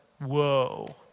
Whoa